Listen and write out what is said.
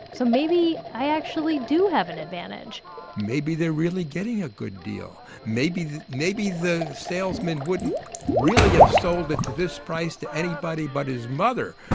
so maybe i actually do have an advantage maybe they're really getting a good deal. maybe maybe the salesman wouldn't really have sold it to this price to anybody but his mother.